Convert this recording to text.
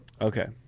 okay